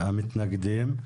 המתנגדים.